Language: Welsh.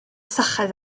syched